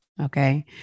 Okay